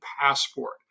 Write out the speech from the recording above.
passport